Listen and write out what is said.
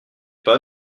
pas